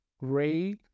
Ray